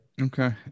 Okay